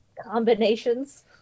combinations